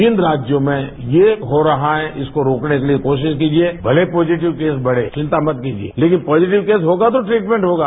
pin राज्यों में यह हो रहा है उसे रोकने के लिए कोशिय कीजिए मेजे पॉजटिव केस बढ़े चिंता मत करिए लेकिन जब पॉजटिव केस होगा तो ट्रीटमेंट होगा